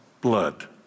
Blood